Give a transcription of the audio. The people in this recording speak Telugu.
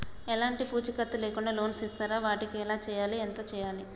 ఎలాంటి పూచీకత్తు లేకుండా లోన్స్ ఇస్తారా వాటికి ఎలా చేయాలి ఎంత చేయాలి?